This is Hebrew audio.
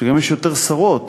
שגם יש יותר שרות,